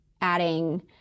adding